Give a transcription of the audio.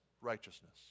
righteousness